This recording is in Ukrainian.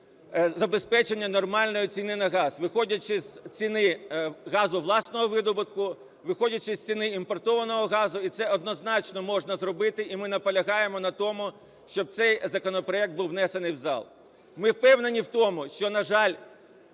забезпечення нормальної ціни на газ, виходячи з ціни газу власного видобутку, виходячи з ціни імпортованого газу, і це однозначно можна зробити. І ми наполягаємо на тому, щоб цей законопроект був внесений в зал. Ми впевнені в тому, що, на жаль,